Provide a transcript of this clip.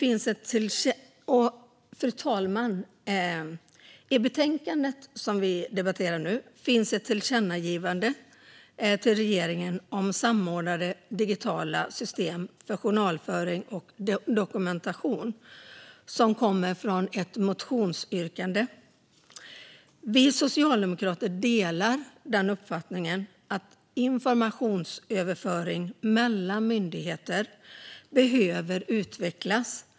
I det betänkande som vi nu debatterar finns ett tillkännagivande till regeringen om samordnade digitala system för journalföring och dokumentation som kommer från ett motionsyrkande. Vi socialdemokrater delar uppfattningen att informationsöverföring mellan myndigheter behöver utvecklas.